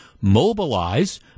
Mobilize